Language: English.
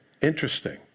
Interesting